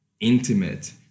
intimate